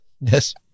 Yes